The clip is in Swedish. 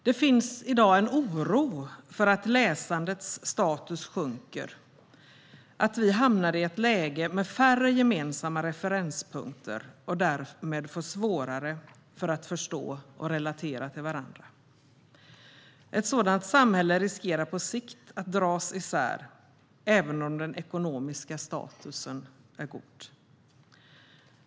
Det finns i dag en oro för att läsandets status sjunker, att vi hamnar i ett läge med färre gemensamma referenspunkter och därmed får svårare att förstå och relatera till varandra. Ett sådant samhälle riskerar på sikt att dras isär, även om den ekonomiska statusen är god.